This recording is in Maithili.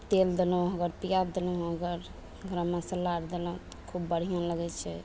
तेल देलहुँ अगर प्याज देलहुँ अगर ओकरा मसल्ला अर देलहुँ तऽ खूब बढ़िआँ लगय छै